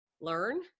learn